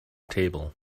table